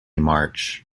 march